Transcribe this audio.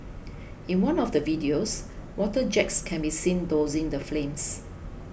in one of the videos water jets can be seen dousing the flames